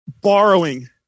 Borrowing